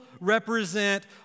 represent